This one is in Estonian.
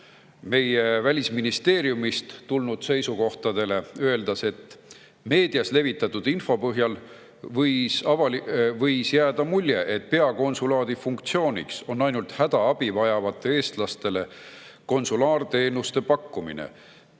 meie Välisministeeriumist tulnud seisukohtade suhtes. Seal öeldakse, et meedias levitatud info põhjal võis jääda mulje, et peakonsulaadi funktsiooniks on ainult hädaabi vajavatele eestlastele konsulaarteenuste pakkumine